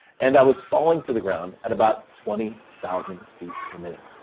and i was falling to the ground at about twenty thousand feet per minute.